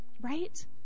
right